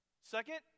Second